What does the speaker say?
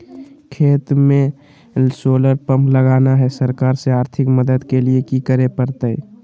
खेत में solar pump लगाना है, सरकार से आर्थिक मदद के लिए की करे परतय?